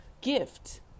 gift